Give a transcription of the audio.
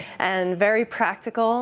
and very practical